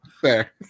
fair